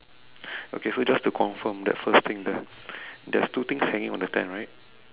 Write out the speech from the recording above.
okay so just to confirm that first thing there there's two things hanging on the tent right